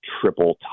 triple